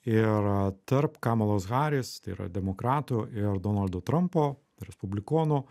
ir tarp kamalos haris tai yra demokratų ir donaldo trampo respublikonų